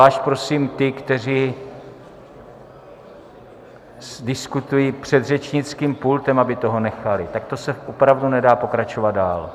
Zvlášť prosím ty, kteří diskutují před řečnickým pultem, aby toho nechali, takto se opravdu nedá pokračovat dál.